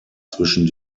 zwischen